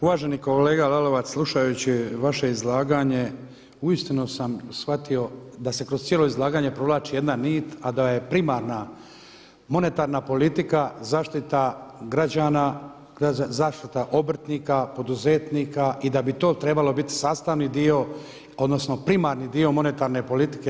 Uvaženi kolega Lalovac, slušajući vaše izlaganje uistinu sam shvatio da se kroz cijelo izlaganje provlači jedna nit a da je primarna monetarna politika zaštita građana, zaštita obrtnika, poduzetnika i da bi to trebalo biti sastavni dio odnosno primarni dio monetarne politike